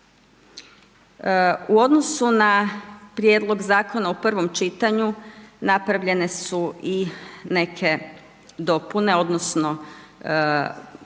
U odnosu na prijedlog zakona u prvom čitanju napravljene su i neke dopune, odnosno nekakve